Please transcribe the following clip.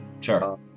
Sure